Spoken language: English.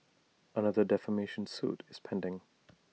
another defamation suit is pending